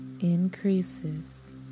increases